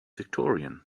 victorian